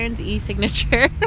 e-signature